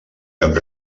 cap